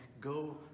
go